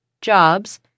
jobs